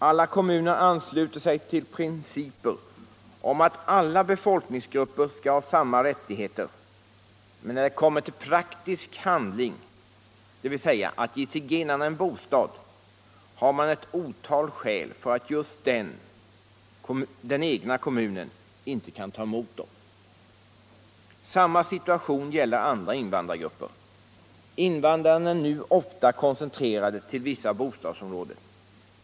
Alla kommuner ansluter sig till principen att alla befolkningsgrupper skall ha samma rättigheter. Men när det kommer till praktisk handling, dvs. att ge zigenarna en bostad, har man ett otal skäl för att just den kommunen inte kan ta mot dem. Samma situation gäller andra invandrargrupper. Invandrarna är nu ofta koncentrerade till vissa bostadsområden.